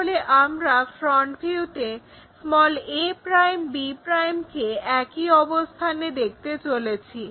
তাহলে আমরা ফ্রন্ট ভিউতে a b কে একই অবস্থানে দেখতে চলেছি